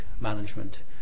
management